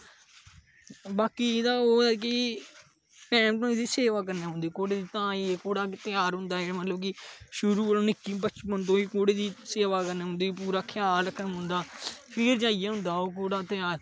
बाकी एहदा ओह् है कि टैंम टैंम उप्पर सेबा करनी पौंदी घोड़े दी तां जाइयै घोड़ा त्यार होंदा ऐ मतलब कि शुरु कोला निक्के बचपन थमां घोडे़ दी सेवा करने पौंदी पूरा ख्याल रक्खना पौंदा फिर जाइयै ओह् होंदा घोड़ा त्यार